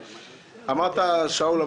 שאול,